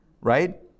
Right